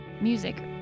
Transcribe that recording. Music